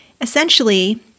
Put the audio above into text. Essentially